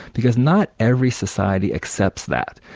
because not every society accepts that.